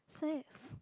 saves